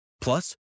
Plus